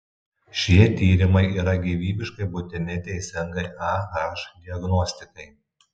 šie tyrimai yra gyvybiškai būtini teisingai ah diagnostikai